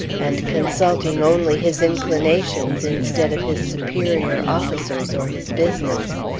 and consulting only his inclinations instead of his superior officers or his business.